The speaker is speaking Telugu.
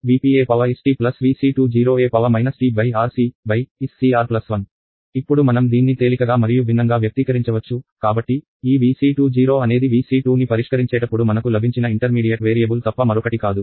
విద్యార్థి V c V p e st V c 20 e t RC SCR 1 ఇప్పుడు మనం దీన్ని తేలికగా మరియు భిన్నంగా వ్యక్తీకరించవచ్చు కాబట్టి ఈ Vc20 అనేది Vc 2 ని పరిష్కరించేటప్పుడు మనకు లభించిన ఇంటర్మీడియట్ వేరియబుల్ తప్ప మరొకటి కాదు